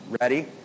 Ready